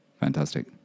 Fantastic